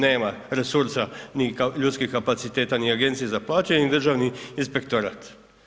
Nema resursa, ni ljudskih kapaciteta, ni Agencija za plaćanje, ni Državni inspektorat.